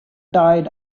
died